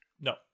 No